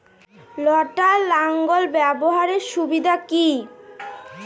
লটার লাঙ্গল ব্যবহারের সুবিধা কি?